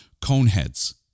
Coneheads